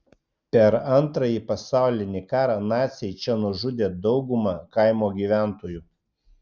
per antrąjį pasaulinį karą naciai čia nužudė daugumą kaimo gyventojų